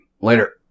Later